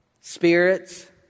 spirits